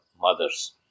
mothers